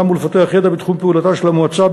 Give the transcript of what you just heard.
ולפתח ידע בתחום פעולתה של המועצה,